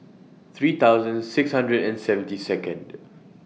three thousand six hundred and seventy Second